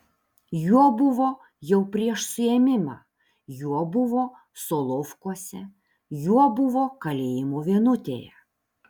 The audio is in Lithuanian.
juo buvo jau prieš suėmimą juo buvo solovkuose juo buvo kalėjimo vienutėje